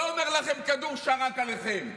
לא אומר לכם: כדור שרק עליכם.